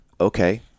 okay